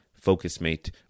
focusmate